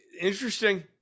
interesting